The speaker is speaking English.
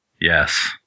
Yes